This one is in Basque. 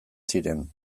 ziren